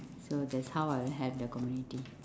so that's how I help the community